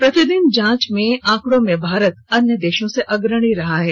प्रतिदिन जांच के आंकडों में भारत अन्य देशों से अग्रणी हो रहा है